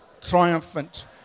triumphant